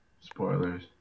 Spoilers